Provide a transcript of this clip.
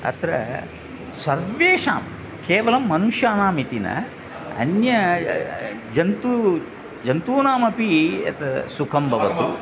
अत्र सर्वेषां केवलं मनुष्याणाम् इति न अन्य जन्तू जन्तूनामपि यत् सुखं भवतु